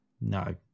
no